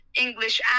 English